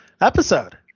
episode